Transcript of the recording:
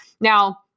Now